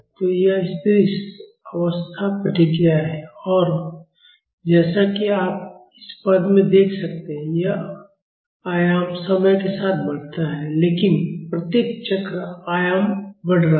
तो यह स्थिर अवस्था प्रतिक्रिया है और जैसा कि आप इस पद में देख सकते हैं यह आयाम समय के साथ बढ़ता है लेकिन प्रत्येक चक्र आयाम बढ़ रहा है